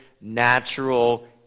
natural